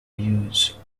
use